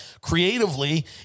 creatively